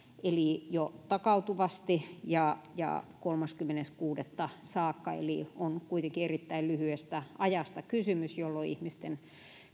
takautuvasti ja ja kolmaskymmenes kuudetta saakka eli on kysymys kuitenkin erittäin lyhyestä ajasta jolloin ihmisten